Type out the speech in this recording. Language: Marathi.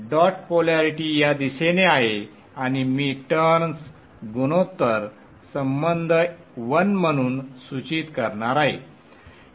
डॉट पोलॅरिटी या दिशेने आहे आणि मी टर्न्स गुणोत्तर संबंध 1 म्हणून सूचित करणार आहे